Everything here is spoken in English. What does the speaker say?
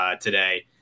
today